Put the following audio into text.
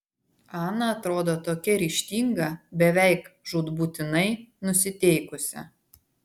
ana atrodo tokia ryžtinga beveik žūtbūtinai nusiteikusi